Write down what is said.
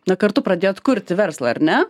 na kartu pradėjot kurti verslą ar ne